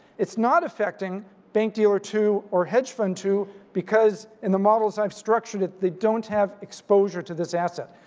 it's not affecting bank dealer two or hedge fund two because in the models i've structured it, they don't have exposure to this asset.